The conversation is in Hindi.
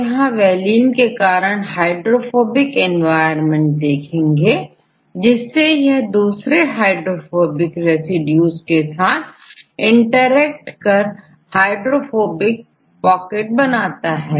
तो आप यहां वैलीन के कारण हाइड्रोफोबिक एनवायरमेंट देखेंगे जिसमें यह दूसरे हाइड्रोफोबिक रेसिड्यूज के साथ इंटरेक्ट कर हाइड्रोफोबिक पॉकेट बनाएगा